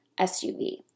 SUV